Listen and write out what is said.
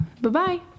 Bye-bye